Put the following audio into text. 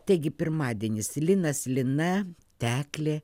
taigi pirmadienis linas lina teklė